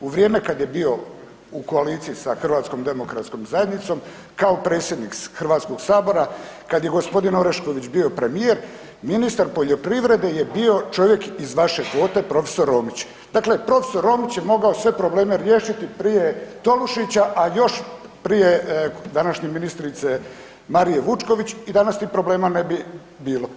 U vrijeme kad je bio u koaliciji sa HDZ-om kao predsjednik HS-a, kad je g. Orešković bio premijer, ministar poljoprivrede je bio čovjek iz vaše kvote, profesor Romić, dakle, profesor Romić je mogao sve probleme riješiti prije Tolušića, a još prije današnje ministrice Marije Vučković i danas tih problema ne bi bilo.